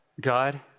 God